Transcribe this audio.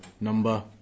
number